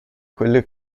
quelle